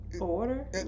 Order